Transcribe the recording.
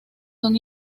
son